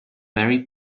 barry